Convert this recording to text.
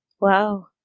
Wow